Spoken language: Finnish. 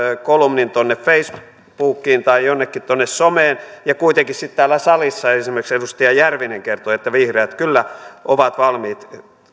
kolumnin facebookiin tai jonnekin tuonne someen ja kuitenkin sitten täällä salissa esimerkiksi edustaja järvinen kertoi että vihreät kyllä ovat valmiit